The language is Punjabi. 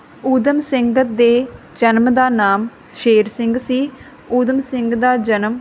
ਊਧਮ ਸਿੰਘ ਦੇ ਜਨਮ ਦਾ ਨਾਮ ਸ਼ੇਰ ਸਿੰਘ ਸੀ ਊਧਮ ਸਿੰਘ ਦਾ ਜਨਮ